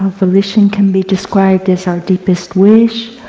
volition can be described as our deepest wish,